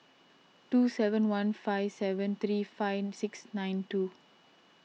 two seven one five seven three five six nine two